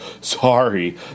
sorry